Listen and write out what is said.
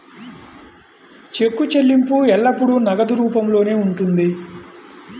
చెక్కు చెల్లింపు ఎల్లప్పుడూ నగదు రూపంలోనే ఉంటుంది